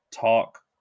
talk